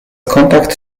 kontakt